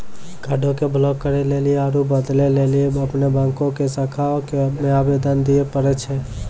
कार्डो के ब्लाक करे लेली आरु बदलै लेली अपनो बैंको के शाखा मे आवेदन दिये पड़ै छै